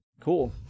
Cool